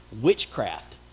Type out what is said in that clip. witchcraft